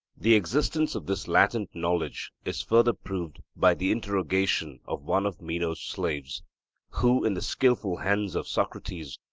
the existence of this latent knowledge is further proved by the interrogation of one of meno's slaves who, in the skilful hands of socrates,